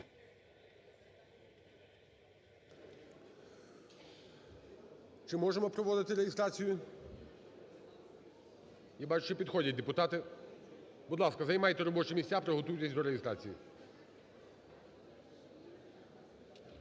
Чи можемо проводити реєстрацію? Я бачу, ще підходять депутати. Будь ласка, займайте робочі місця, приготуйтеся до реєстрації.